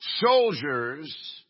soldiers